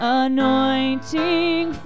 anointing